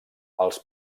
els